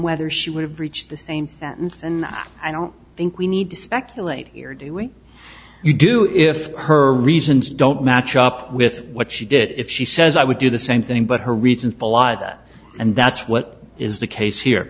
whether she would have reached the same sentence and i don't think we need to speculate here doing you do if her reasons don't match up with what she did if she says i would do the same thing but her recent poll either and that's what is the case here